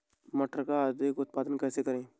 मटर का अधिक उत्पादन कैसे करें?